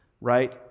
right